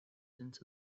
into